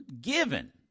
given